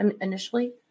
initially